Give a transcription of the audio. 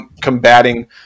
combating